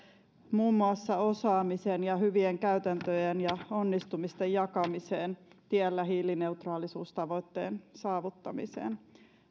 muun muassa osaamisen ja hyvien käytäntöjen ja onnistumisten jakamiseen tiellä hiilineutraalisuustavoitteen saavuttamiseen